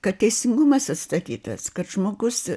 kad teisingumas atstatytas kad žmogus